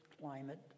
climate